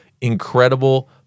incredible